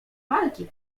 walki